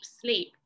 sleep